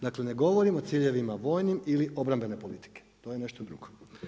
Dakle ne govorim o ciljevima vojnim ili obrambene politike, to je nešto drugo.